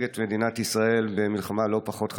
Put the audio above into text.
את מדינת ישראל במלחמה לא פחות חשובה,